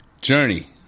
journey